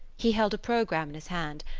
he held a programme in his hand,